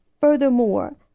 Furthermore